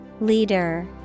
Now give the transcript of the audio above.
Leader